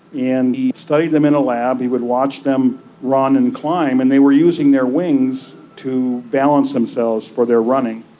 and he studied them in a lab. he would watch them run and climb and they were using their wings to balance themselves for their running.